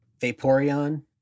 Vaporeon